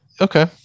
okay